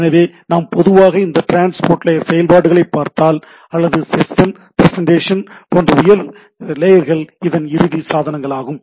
எனவே நாம் பொதுவாக இந்த ட்ரான்ஸ்போர்ட் லேயர் செயல்பாடுகளை பார்த்தால் அல்லது செஷன் பிரசெண்டேஷன் போன்ற உயர் லேயர்கள் எல்லாம் இறுதி சாதனங்களாகும்